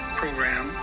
program